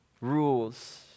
rules